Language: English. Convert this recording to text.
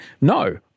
No